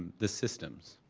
the systems?